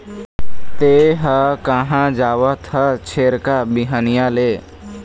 तेंहा कहाँ जावत हस छेरका, बिहनिया ले?